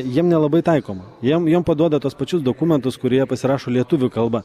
jiem nelabai taikoma jiem jiem paduoda tuos pačius dokumentus kur jie pasirašo lietuvių kalba